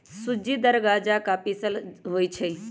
सूज़्ज़ी दर्रा जका पिसल होइ छइ